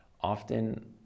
often